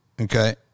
Okay